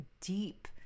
deep